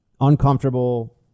Uncomfortable